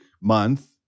month